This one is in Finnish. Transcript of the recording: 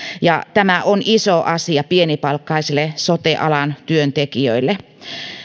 ja tämä on iso asia pienipalkkaisille sote alan työntekijöille